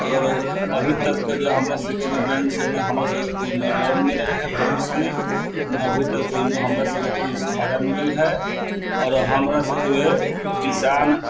मगर अभीतक तऽ जे हमरासबके नहि बैंकसँ नहि हमरासबके कोइ नहि लोन मिलल हइ भविष्यमे नहि अभीतक कोइ हमरासबके कोइ सहारा मिलल हइ आओर हमरासबके वएह किसान